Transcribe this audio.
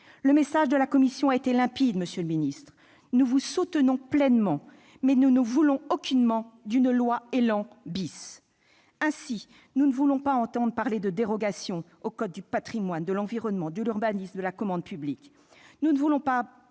Le message de la commission a été limpide, monsieur le ministre : nous vous soutenons pleinement, mais nous ne voulons aucunement d'une loi ÉLAN. Ainsi, nous ne voulons pas entendre parler de dérogations aux codes du patrimoine, de l'environnement, de l'urbanisme, de la commande publique. Nous ne voulons pas